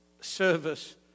service